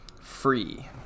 free